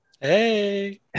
hey